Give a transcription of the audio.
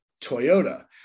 toyota